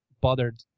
bothered